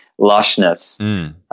lushness